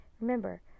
Remember